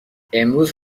امروز